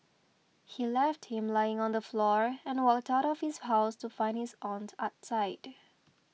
he left him lying on the floor and walked out of his house to find his aunt outside